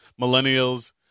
millennials